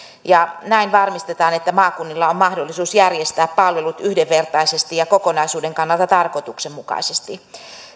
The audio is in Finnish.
näin varmistetaan että maakunnilla on mahdollisuus järjestää palvelut yhdenvertaisesti ja kokonaisuuden kannalta tarkoituksenmukaisesti